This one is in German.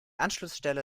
anschlussstelle